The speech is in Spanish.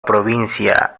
provincia